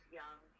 young